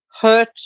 hurt